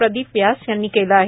प्रदीप व्यास यांनी केलं आहे